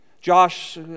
Josh